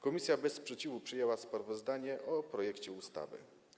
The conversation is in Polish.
Komisja bez sprzeciwu przyjęła sprawozdanie o projekcie ustawy.